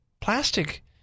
plastic